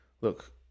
look